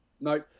No